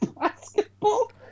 basketball